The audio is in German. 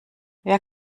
wer